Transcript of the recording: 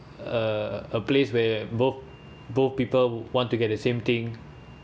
a a place where both both people want to get the same thing